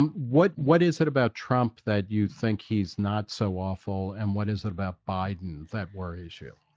um what what is it about trump that you think he's not so awful and what is it about biden that word issue?